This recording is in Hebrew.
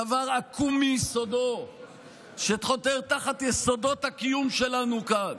דבר עקום מיסודו שחותר תחת יסודות הקיום שלנו כאן,